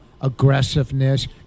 aggressiveness